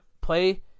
play